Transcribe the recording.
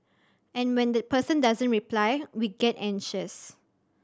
and when that person doesn't reply we get anxious